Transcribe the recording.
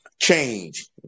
change